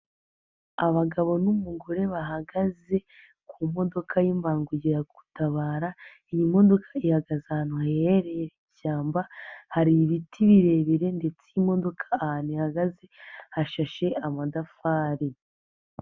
Abagabo n'umugore bahagaze ku modoka y'ibangukiragutabara, iyi modoka ihagaze ahantu hegereye ishyamba, hari ibiti birebire ndetse imodoka ahantu ihagaze hashashe amatafari.